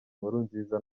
nkurunziza